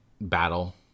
battle